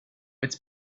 its